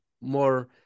more